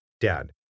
Dad